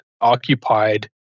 occupied